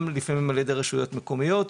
גם לפעמים על-ידי רשויות מקומיות,